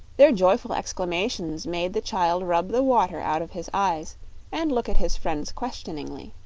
their joyful exclamations made the child rub the water out of his eyes and look at his friends questioningly.